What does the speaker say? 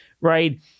right